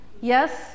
Yes